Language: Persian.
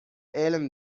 علم